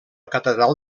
catedral